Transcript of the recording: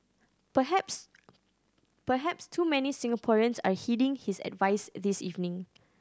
perhaps perhaps too many Singaporeans are heeding his advice this evening